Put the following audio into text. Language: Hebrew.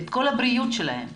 את כל הבריאות שלהם.